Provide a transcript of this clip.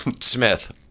Smith